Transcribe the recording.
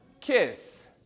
kiss